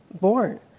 born